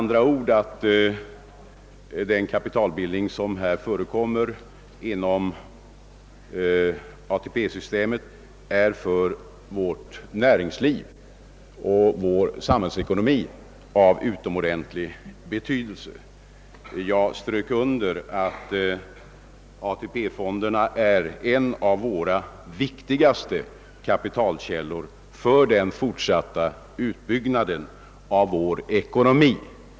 Det visar att den kapitalbildning som förekommer inom ATP-systemet är av utomordentlig betydelse för vårt näringsliv och för vår samhällsekonomi. Jag underströk i mitt förra anförande att ATP-fonderna är en av våra viktigaste kapitalkällor för den fortsatta utpyggnaden av vår ekonomi.